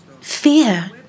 fear